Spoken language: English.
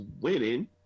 winning